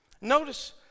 Notice